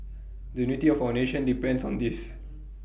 the unity of our nation depends on this